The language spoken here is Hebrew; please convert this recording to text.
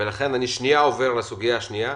שנייה עובר לסוגיה הבאה,